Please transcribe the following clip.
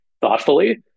thoughtfully